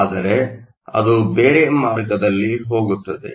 ಆದರೆ ಅದು ಬೇರೆ ಮಾರ್ಗದಲ್ಲಿ ಹೋಗುತ್ತದೆ